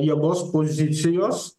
jėgos pozicijos